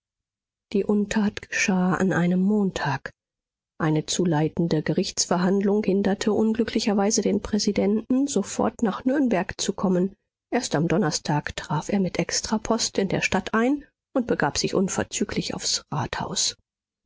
die untat geschah an einem montag eine zu leitende gerichtsverhandlung hinderte unglücklicherweise den präsidenten sofort nach nürnberg zu kommen erst am donnerstag traf er mit extrapost in der stadt ein und begab sich unverzüglich aufs rathaus